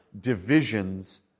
divisions